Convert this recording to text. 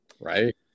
right